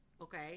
okay